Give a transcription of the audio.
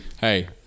Hey